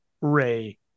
Ray